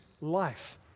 life